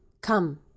come